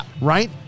right